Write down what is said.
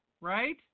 right